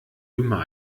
immer